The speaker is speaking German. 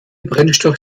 brennstoff